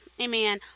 amen